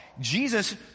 Jesus